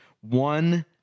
one